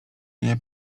nie